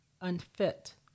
unfit